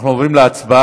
אנחנו עוברים להצבעה.